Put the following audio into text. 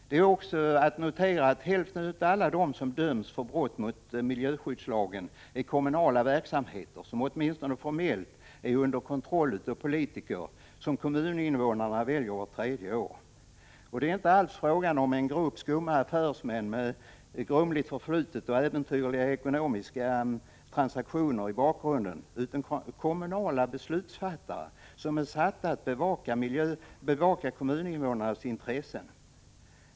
Man kan också notera att hälften av alla som dömts för brott mot miljöskyddslagen är kommunala verksamheter, som åtminstone formellt står under politikernas kontroll, politiker som kommuninvånarna väljer vart tredje år. Det är inte alls fråga om en grupp skumma affärsmän med grumligt förflutet och äventyrliga ekonomiska transaktioner i bakgrunden utan kommunala beslutsfattare som är satta att bevaka kommuninvånarnas intressen.